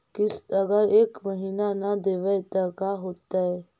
किस्त अगर एक महीना न देबै त का होतै?